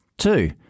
Two